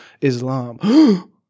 Islam